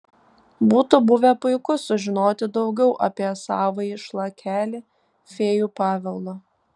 būtų buvę puiku sužinoti daugiau apie savąjį šlakelį fėjų paveldo